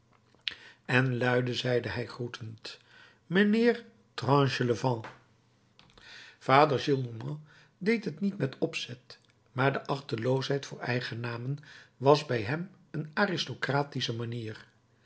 en luide zeide hij groetend mijnheer tranchelevent vader gillenormand deed het niet met opzet maar de achteloosheid voor eigennamen was bij hem een aristocratische manier